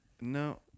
No